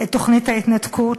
את תוכנית ההתנתקות.